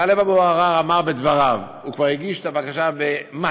טלב אבו עראר אמר בדבריו שהוא כבר הגיש את הבקשה במאי,